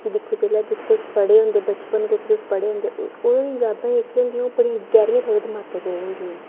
कि दिक्खो जेल्लै जित्थै तुस पढ़े दे होंदे बचपन जित्थै तुस पढ़े दे होंदे ओह् यादां जेह्कियां होंदियां बड़ियां गैह्रियां थुआढ़े दमाकै च रेही जंदियां